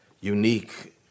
unique